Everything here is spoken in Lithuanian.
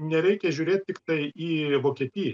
nereikia žiūrėt tiktai į vokietiją